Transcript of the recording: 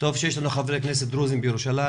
טוב שיש לנו חברי כנסת דרוזים בירושלים,